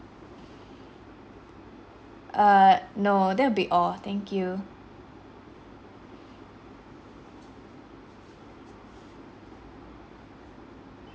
err no that'll be all thank you